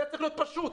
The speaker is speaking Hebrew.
זה צריך להיות פשוט.